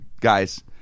guys